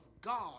God